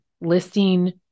listing